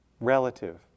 relative